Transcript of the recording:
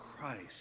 Christ